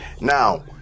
now